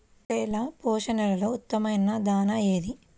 పొట్టెళ్ల పోషణలో ఉత్తమమైన దాణా ఏది?